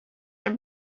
are